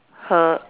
!huh!